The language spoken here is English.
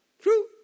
True